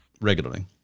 regularly